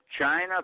China